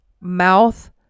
mouth